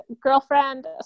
girlfriend